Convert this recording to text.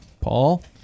Paul